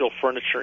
furniture